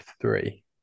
three